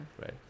Right